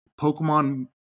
Pokemon